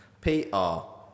P-R